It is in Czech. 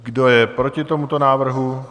Kdo je proti tomuto návrhu?